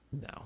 no